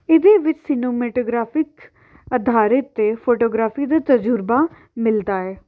ਇਹਦੇ ਵਿੱਚ ਸਿਨਮੈਟੋਗ੍ਰਾਫਿਕ ਅਧਾਰਿਤ 'ਤੇ ਫੋਟੋਗ੍ਰਾਫੀ ਦਾ ਤਜ਼ੁਰਬਾ ਮਿਲਦਾ ਹੈ